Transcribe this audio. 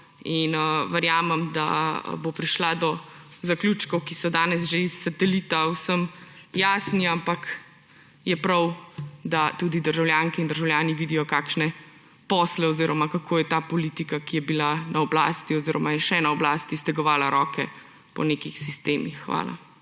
in verjamem, da bo prišla do zaključkov, ki so danes že iz satelita vsem jasni. Ampak je prav, da tudi državljanke in državljani vidijo, kakšne posle oziroma kako je ta politika, ki je bila na oblasti oziroma je še na oblasti, stegovala roke po nekih sistemih. Hvala.